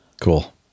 Cool